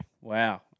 Wow